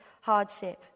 hardship